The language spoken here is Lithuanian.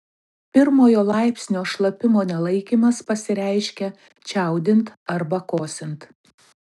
pirmojo laipsnio šlapimo nelaikymas pasireiškia čiaudint arba kosint